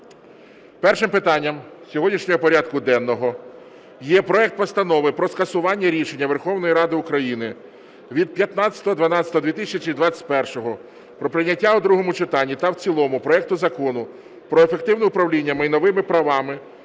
Першим питанням сьогоднішнього порядку денного є проект Постанови про скасування рішення Верховної Ради України від 15.12.2021 про прийняття у другому читанні та в цілому проекту Закону "Про ефективне управління майновими правами